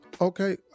okay